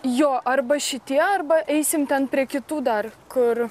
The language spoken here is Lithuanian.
jo arba šitie arba eisim ten prie kitų dar kur